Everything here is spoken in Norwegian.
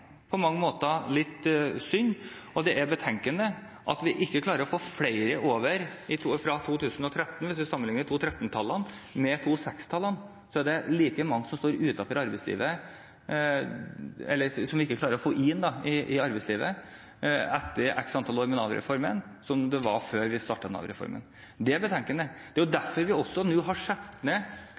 litt synd, og det er betenkelig at vi ikke klarer å få flere over. Hvis du sammenlikner 2013-tallene med 2006-tallene, er det like mange som vi ikke klarer å få inn i arbeidslivet etter x antall år med Nav-reformen, som det var før vi startet Nav-reformen. Det er betenkelig. Det er også derfor vi nå har satt ned